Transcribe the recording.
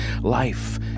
Life